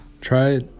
Try